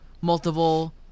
multiple